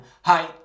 hi